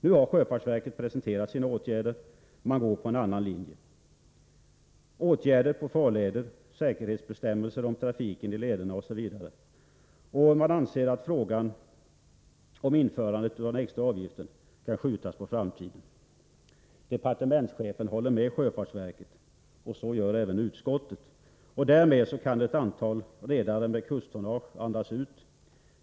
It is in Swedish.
Nu har sjöfartsverket presenterat sina åtgärder, och man går på en annan linje: åtgärder på farleder, säkerhetsbestämmelser för trafiken i lederna osv. Man anser att frågan om införandet av den extra avgiften skall skjutas på framtiden. Departementschefen håller med sjöfartsverket, och så gör även utskottet. Därmed kan ett antal redare med kusttonnage andas ut.